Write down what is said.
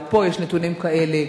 ופה יש נתונים כאלה,